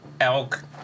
Elk